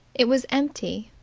it was empty,